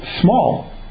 small